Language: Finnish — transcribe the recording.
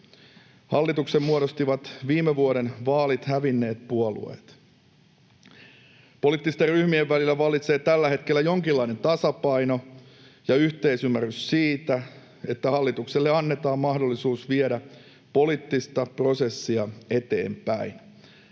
Hallituksen muodostivat viime vuoden vaalit hävinneet puolueet. Poliittisten ryhmien välillä vallitsee tällä hetkellä jonkinlainen tasapaino ja yhteisymmärrys siitä, että hallitukselle annetaan mahdollisuus viedä poliittista prosessia eteenpäin.